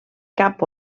cap